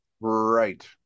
Right